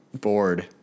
bored